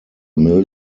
mill